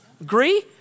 agree